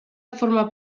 forma